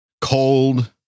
cold